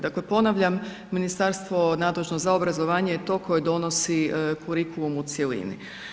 Dakle, ponavljam Ministarstvo nadležno za obrazovanje je to koje donosi kurikulum u cjelini.